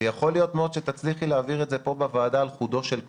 יכול להיות מאוד שתצליחי להעביר את זה פה בוועדה על חודו של קול,